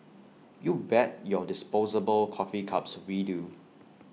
you bet your disposable coffee cups we do